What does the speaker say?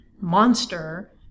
monster